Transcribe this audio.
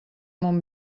món